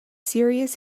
serious